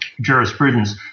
jurisprudence